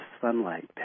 sunlight